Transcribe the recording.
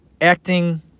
acting